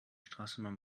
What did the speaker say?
straßenbahn